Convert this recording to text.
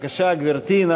בבקשה, גברתי.